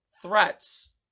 Threats